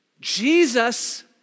Jesus